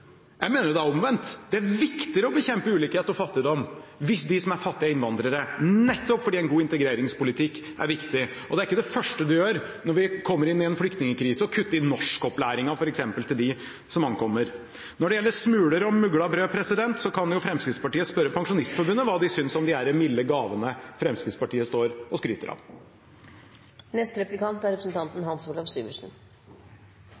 Jeg mener det er omvendt. Det er viktigere å bekjempe ulikhet og fattigdom hvis de som er fattige, er innvandrere, nettopp fordi en god integreringspolitikk er viktig. Det er ikke det første man gjør når man kommer inn i en flyktningkrise, å kutte i norskopplæringen, f.eks., til dem som ankommer. Når det gjelder smuler og mugnet brød, kan jo Fremskrittspartiet spørre Pensjonistforbundet hva de synes om de milde gavene Fremskrittspartiet står og skryter av. Jeg tviler aldri på energien til representanten